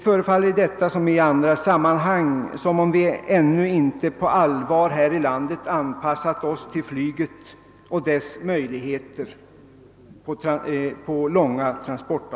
I detta som i andra sammanhang tycks vi här i landet ännu inte på allvar ha anpassat oss till flyget och dess möjligheter.